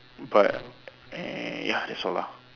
but eh ya that's all lah